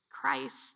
Christ